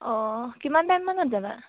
অঁ কিমান টাইম মানত যাবা